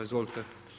Izvolite.